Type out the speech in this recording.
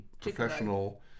professional